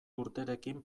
urterekin